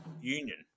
Union